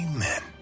Amen